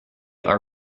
are